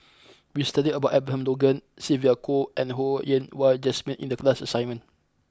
we studied about Abraham Logan Sylvia Kho and Ho Yen Wah Jesmine in the class assignment